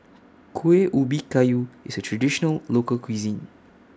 Kuih Ubi Kayu IS A Traditional Local Cuisine